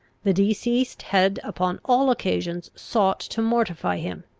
the deceased had upon all occasions sought to mortify him,